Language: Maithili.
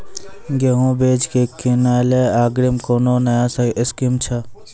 गेहूँ बीज की किनैली अग्रिम कोनो नया स्कीम छ?